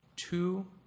Two